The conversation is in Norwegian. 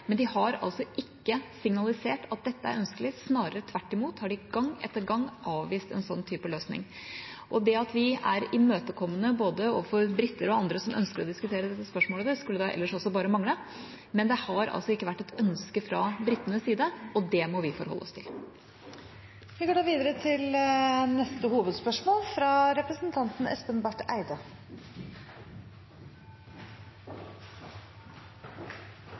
men de har altså ikke signalisert at dette er ønskelig. Snarere tvert imot, de har gang etter gang avvist en sånn type løsning. Det at vi er imøtekommende både overfor briter og andre som ønsker å diskutere disse spørsmålene, skulle da også bare mangle, men det har altså ikke vært et ønske fra britenes side, og det må vi forholde oss til. Vi går videre til neste hovedspørsmål.